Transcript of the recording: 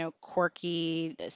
quirky